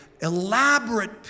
elaborate